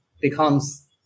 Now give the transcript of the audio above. becomes